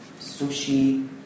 sushi